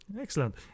Excellent